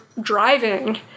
driving